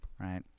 Right